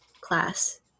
class